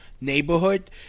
neighborhood